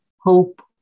hope